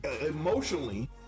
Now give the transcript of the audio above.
emotionally